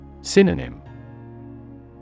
Synonym